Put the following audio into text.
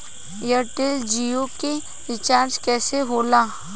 Airtel Jio के recharge कैसे होला?